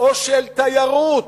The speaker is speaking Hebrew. או של תיירות,